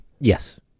yes